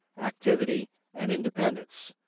activity and independence.